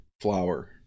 flower